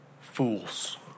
fools